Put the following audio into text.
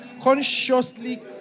Consciously